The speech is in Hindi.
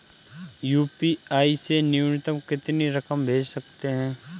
यू.पी.आई से न्यूनतम कितनी रकम भेज सकते हैं?